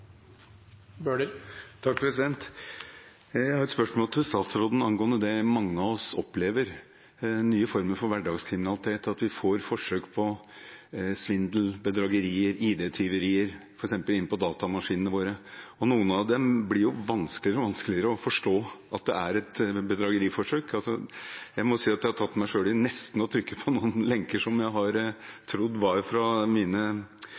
Jeg har et spørsmål til statsråden angående det mange av oss opplever, nye former for hverdagskriminalitet, at vi får forsøk på svindel, bedragerier og ID-tyverier, f.eks. inne på datamaskinene våre, og noen av dem blir vanskeligere og vanskeligere å forstå at er bedrageriforsøk. Jeg har tatt meg selv i nesten å trykke på noen lenker som jeg har trodd var fra